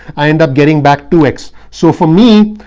i end up getting back two x. so for me,